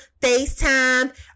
FaceTime